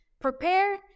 prepare